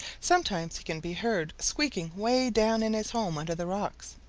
sometimes he can be heard squeaking way down in his home under the rocks.